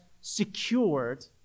secured